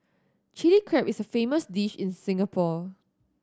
Chilli Crab is a famous dish in Singapore